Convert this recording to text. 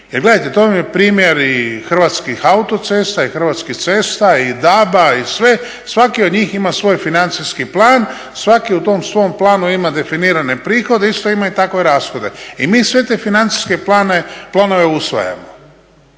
gledajte, to vam je primjer i Hrvatskih autocesta i Hrvatskih cesta i DAB-a i sve. Svaki od njih ima svoj financijski plan. Svaki u tom svom planu ima definirane prihode, isto ima takve i rashode. I mi sve te financijske planove usvajamo.